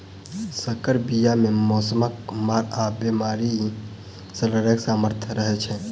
सँकर बीया मे मौसमक मार आ बेमारी सँ लड़ैक सामर्थ रहै छै